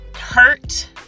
hurt